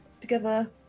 together